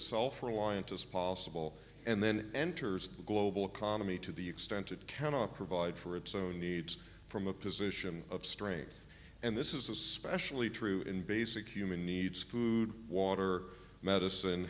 self reliant as possible and then enters the global economy to the extent it cannot provide for its own needs from a position of strength and this is especially true in basic human needs food water medicine